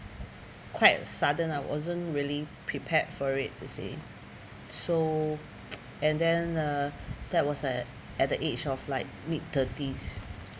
quite sudden I wasn't really prepared for it you see so and then uh that was at at the age of like mid thirties